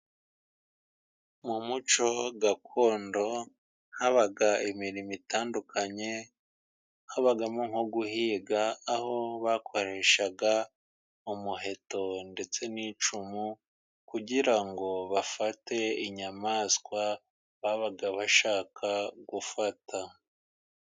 Mu muco gakondo, habaga imirimo itandukanye. habagamo nko guhiga, aho bakoreshaga umuheto ndetse n'icumu kugira ngo bafate inyamaswa babaga bashaka gufata.